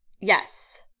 yes